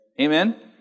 Amen